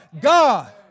God